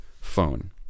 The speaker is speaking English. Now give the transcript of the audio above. phone